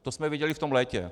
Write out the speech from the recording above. To jsme viděli v tom létě.